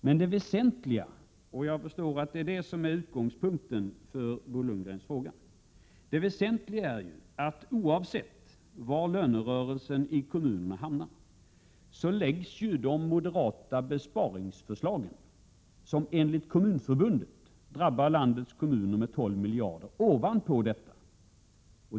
Men det väsentliga — jag förstår att det är utgångspunkten för Bo Lundgrens fråga — är ju att oavsett var lönerörelsen i kommunerna hamnar, läggs de moderata besparingsförslagen — som enligt Kommunförbundet drabbar landets kommuner med 12 miljarder — ovanpå detta.